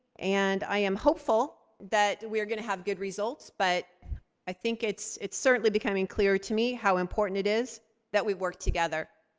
and i am hopeful that we are gonna have good results, but i think it's it's certainly becoming clear to me how important it is that we work together.